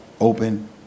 open